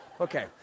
Okay